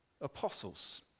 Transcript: apostles